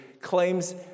claims